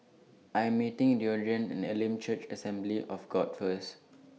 I Am meeting Deondre At Elim Church Assembly of God First